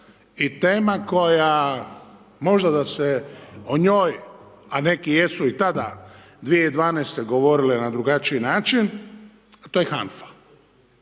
i tema koja možda da se o njoj a neki jesu i tada 2012. govorile na drugačiji način, a to je HANFA.